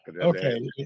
okay